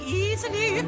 easily